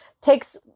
takes